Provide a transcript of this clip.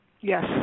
Yes